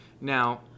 Now